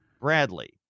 Bradley